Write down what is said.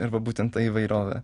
ir va būtent ta įvairovė